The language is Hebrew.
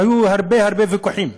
כי היו הרבה הרבה ויכוחים,